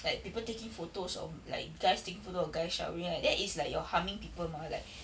like people taking photos of like guys taking photos of guys showering right that is like you're harming people mah like